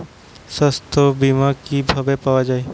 সাস্থ্য বিমা কি ভাবে পাওয়া যায়?